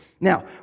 Now